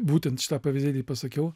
būtent šitą pavyzdėlį pasakiau